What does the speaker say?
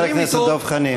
חבר הכנסת דב חנין.